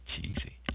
cheesy